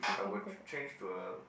I would change to a